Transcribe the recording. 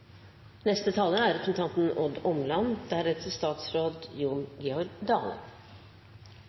Neste taler er representanten